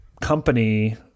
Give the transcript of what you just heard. company